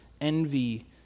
envy